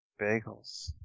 bagels